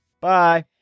Bye